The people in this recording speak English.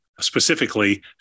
specifically